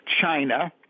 China